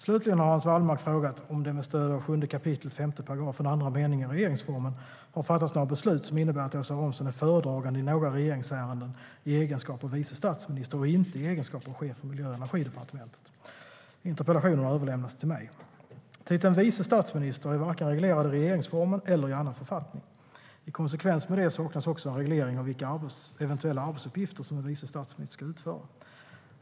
Slutligen har Hans Wallmark frågat om det med stöd av 7 kap. 5 § andra meningen regeringsformen har fattats några beslut som innebär att Åsa Romson är föredragande i några regeringsärenden i egenskap av vice statsminister och inte i egenskap av chef för Miljö och energidepartementet. Interpellationen har överlämnats till mig. Titeln "vice statsminister" är varken reglerad i regeringsformen eller i annan författning. I konsekvens med det saknas också en reglering av vilka eventuella arbetsuppgifter som en vice statsminister ska utföra.